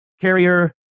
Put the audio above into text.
Carrier